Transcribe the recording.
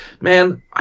man